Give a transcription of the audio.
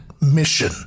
mission